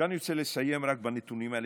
עכשיו אני רוצה לסיים רק בנתונים האלה,